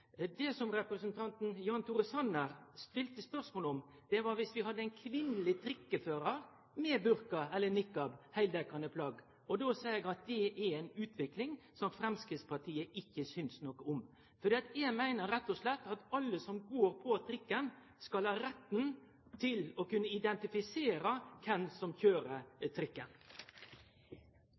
Det som representanten Jan Tore Sanner stilte spørsmål om, galdt om vi hadde ei kvinneleg trikkeførar med burka eller niqab – heildekkjande plagg. Eg seier at det er ei utvikling som Framstegspartiet ikkje synest noko om. Eg meiner rett og slett at alle som går på trikken, skal ha rett til å kunne identifisere kven som køyrer trikken.